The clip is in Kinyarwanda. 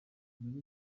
nazo